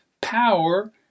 power